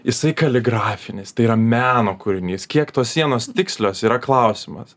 jisai kaligrafinis tai yra meno kūrinys kiek tos sienos tikslios yra klausimas